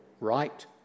right